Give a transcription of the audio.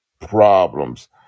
problems